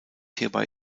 hierbei